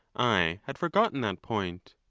i had forgotten that point.